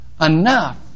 enough